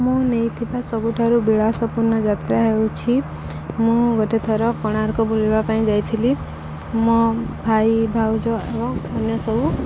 ମୁଁ ନେଇଥିବା ସବୁଠାରୁ ବିଳାସପୂର୍ଣ୍ଣ ଯାତ୍ରା ହେଉଛି ମୁଁ ଗୋଟେ ଥର କୋଣାର୍କ ବୁଲିବା ପାଇଁ ଯାଇଥିଲି ମୋ ଭାଇ ଭାଉଜ ଏବଂ ଅନ୍ୟ ସବୁ